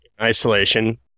Isolation